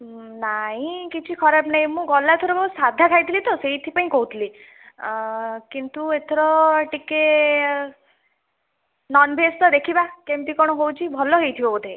ନାଇଁ କିଛି ଖରାପ ନାଇଁ ମୁଁ ଗଲାଥରକ ସାଧା ଖାଇଥିଲି ତ ସେଇଥିପାଇଁ କହୁଥିଲି କିନ୍ତୁ ଏଥର ଟିକେ ନନଭେଜ ତ ଦେଖିବା କେମିତି କଣ ହେଉଛି ଭଲ ହେଇଥିବ ବୋଧେ